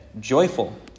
joyful